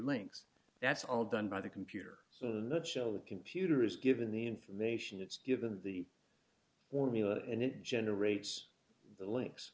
links that's all done by the computer so the nutshell the computer is given the information it's given the formula and it generates the links